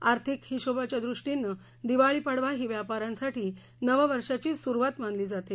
आर्थिक हिशोबाच्या दृष्टीनं दिवाळी पाडवा ही व्यापाऱ्यांसाठी नववर्षाची सुरुवात मानली जाते